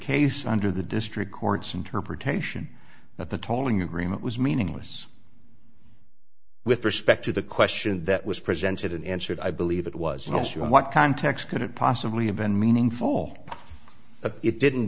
case under the district court's interpretation that the tolling agreement was meaningless with respect to the question that was presented and answered i believe it was an issue in what context couldn't possibly have been meaningful but it didn't